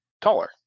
taller